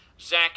Zach